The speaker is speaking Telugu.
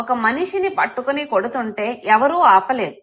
ఒక మనిషిని పట్టుకొని కొడుతుంటే ఎవరూ ఆపలేదు